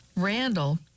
Randall